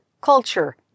culture